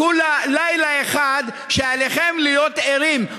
כולה לילה אחד שעליכם להיות ערים.